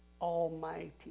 Almighty